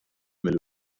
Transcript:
mill